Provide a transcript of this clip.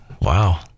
Wow